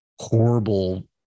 horrible